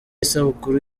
isabukuru